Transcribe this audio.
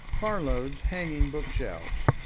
parload's hanging bookshelves,